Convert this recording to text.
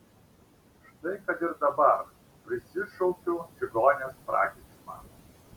štai kad ir dabar prisišaukiu čigonės prakeiksmą